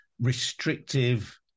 restrictive